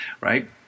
right